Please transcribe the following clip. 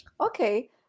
Okay